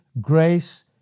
Grace